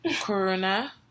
Corona